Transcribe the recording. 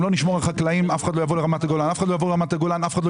אם לא נשמור על החקלאים אף אחד לא יבוא לרמת הגולן ואף אחד לא